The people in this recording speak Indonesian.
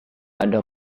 ada